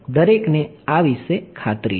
દરેકને આ વિશે ખાતરી છે